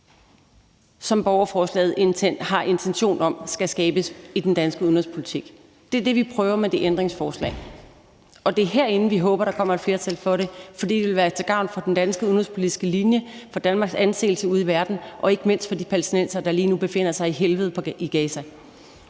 som borgerforslaget har intention om skal skabes i den danske udenrigspolitik. Det er det, vi prøver med det ændringsforslag. Og det er herinde, vi håber der kommer et flertal for det, for det vil være til gavn for den danske udenrigspolitiske linje, for Danmarks anseelse ude i verden og ikke mindst for de palæstinensere, der lige nu befinder sig i helvede i Gaza.